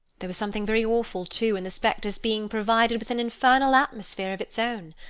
there was something very awful, too, in the spectre's being provided with an infernal atmosphere of its own.